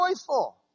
joyful